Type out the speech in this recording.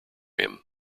him